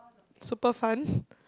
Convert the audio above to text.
super fun